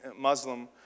Muslim